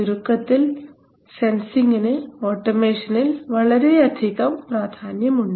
ചുരുക്കത്തിൽ സെൻസിംഗിന് ഓട്ടോമേഷനിൽ വളരെയധികം പ്രാധാന്യമുണ്ട്